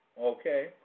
Okay